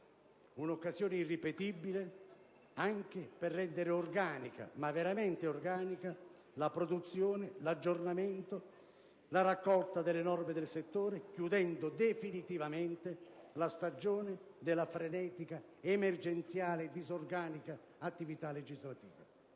un'occasione irripetibile anche per dare organicità alla produzione, all'aggiornamento, alla raccolta delle norme del settore, chiudendo definitivamente la stagione della frenetica, emergenziale e disorganica attività legislativa.